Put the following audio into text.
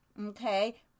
Okay